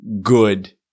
good